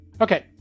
Okay